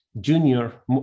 Junior